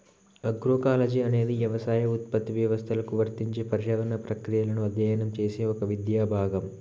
agroecology అనేది యవసాయ ఉత్పత్తి వ్యవస్థలకు వర్తించే పర్యావరణ ప్రక్రియలను అధ్యయనం చేసే ఒక విద్యా భాగం